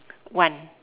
one